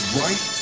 right